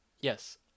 Yes